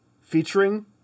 featuring